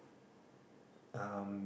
um